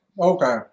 Okay